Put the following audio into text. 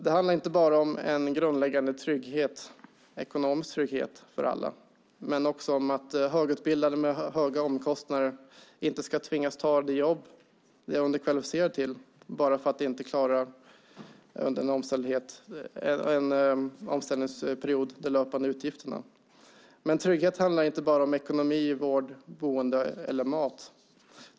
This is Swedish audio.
Det handlar inte bara om en grundläggande ekonomisk trygghet för alla, utan också om att högutbildade med höga omkostnader inte ska tvingas ta jobb som de är överkvalificerade för bara för att de inte klarar de löpande utgifterna under en omställningsperiod. Men trygghet handlar inte bara om ekonomi, vård, boende eller mat.